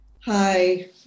Hi